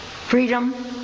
freedom